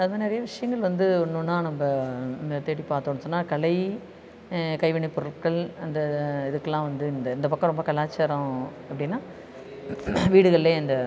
அது மாதிரி நிறையா விஷயங்கள் வந்து ஒன்று ஒன்னா நம்ம வந்து தேடி பார்த்தோன்னு சொன்னால் கலை கைவினைப்பொருட்கள் அந்த இத இதுக்கலாம் வந்து இந்த இந்த பக்கம் ரொம்ப கலாச்சாரம் அப்படின்னா வீடுகள்லயே அந்த